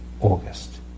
August